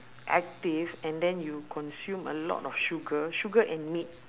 active and then you consume a lot of sugar sugar and meat